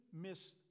miss